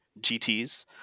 GTs